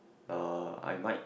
uh I might